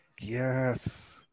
Yes